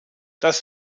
das